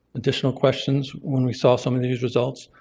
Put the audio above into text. additional questions when we saw some of these results.